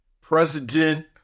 President